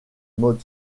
mode